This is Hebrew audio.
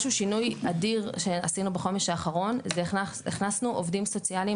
משהו שינוי אדיר שעשינו בחומש האחרון זה הכנסנו עובדים סוציאליים,